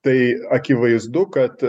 tai akivaizdu kad